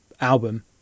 album